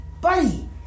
buddy